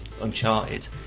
Uncharted